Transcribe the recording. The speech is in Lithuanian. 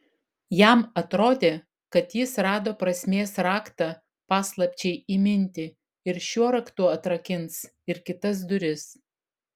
jam atrodė kad jis rado prasmės raktą paslapčiai įminti ir šiuo raktu atrakins ir kitas duris